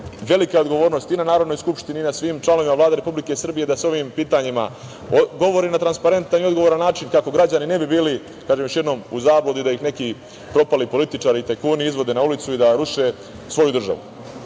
velika je odgovornost i na Narodnoj skupštini i na svim članovima Vlade Republike Srbije da se o ovim pitanjima govori na transparentan i odgovoran način kako građani ne bi bili u zabludi da ih neki propali političar i tajkuni izvode na ulicu i da ruše svoju državu. Još